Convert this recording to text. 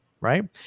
Right